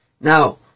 Now